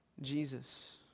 Jesus